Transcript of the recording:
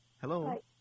Hello